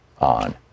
on